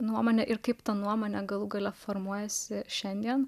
nuomonę ir kaip tą nuomonę galų gale formuojasi šiandien